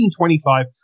1925